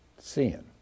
sin